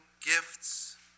gifts